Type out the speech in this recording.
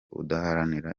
udaharanira